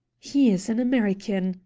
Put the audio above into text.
he is an american,